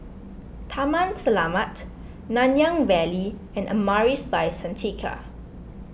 Taman Selamat Nanyang Valley and Amaris By Santika